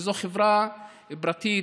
וזו חברה פרטית,